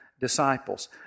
Disciples